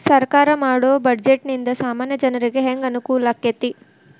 ಸರ್ಕಾರಾ ಮಾಡೊ ಬಡ್ಜೆಟ ನಿಂದಾ ಸಾಮಾನ್ಯ ಜನರಿಗೆ ಹೆಂಗ ಅನುಕೂಲಕ್ಕತಿ?